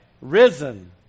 risen